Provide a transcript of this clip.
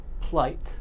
plight